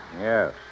Yes